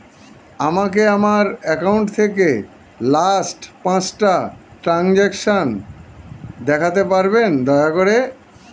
আমাকে আমার অ্যাকাউন্ট থেকে লাস্ট পাঁচটা ট্রানজেকশন দেখাতে পারবেন দয়া করে